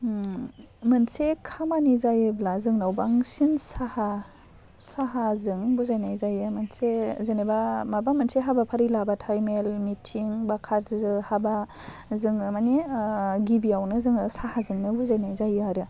उम मोनसे खामानि जायोब्ला जोंनाव बांसिन साहा साहाजों बुजायनाय जायो मोनसे जेनेबा माबा मोनसे हाबाफारि लाबाथाय मेल मिथिं बा काजि हाबा जोङो माने गिबियावनो जोङो साहाजोंनो बुजायनाय जायो आरो